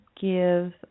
give